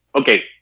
Okay